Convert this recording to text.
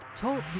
Talk